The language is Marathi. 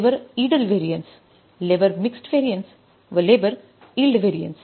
labour idle variance labour mixed variance व लेबर इल्ड व्हॅरियन्स